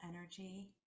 energy